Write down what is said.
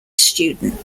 student